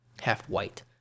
half-white